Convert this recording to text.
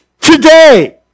today